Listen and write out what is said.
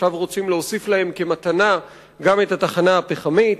עכשיו רוצים להוסיף להם כמתנה גם את התחנה הפחמית.